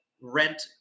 rent